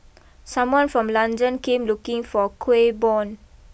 someone from London came looking for Kuih Bom